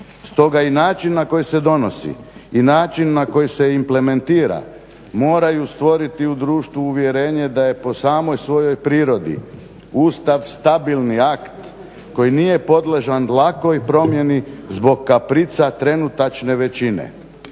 Stoga i način na koji se donosi i način na koji se implementira moraju stvoriti u društvu uvjerenje da je po samoj svojoj prirodi Ustav stabilni akt koji nije podložan lakoj promjeni zbog kaprica trenutačne većine.